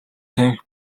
тамхи